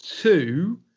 two